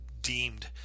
deemed